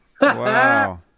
Wow